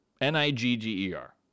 n-i-g-g-e-r